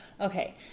Okay